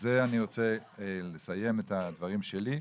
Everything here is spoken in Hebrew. ובזה אני רוצה לסיים את הדברים שלי.